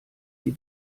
sie